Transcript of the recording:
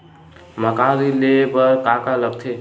मकान ऋण ले बर का का लगथे?